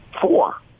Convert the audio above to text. four